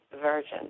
version